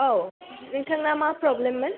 औ नोंथांना मा प्रब्लेममोन